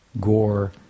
Gore